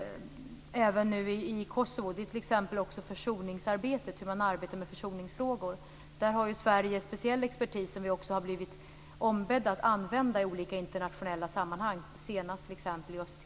Jag tror att våra insatser kommer att efterfrågas även i Kosovo. Sverige har speciell expertis, som vi har blivit ombedda att använda i olika internationella sammanhang, senast i